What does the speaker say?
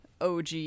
OG